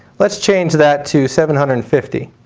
let's change that to seven hundred and fifty.